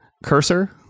Cursor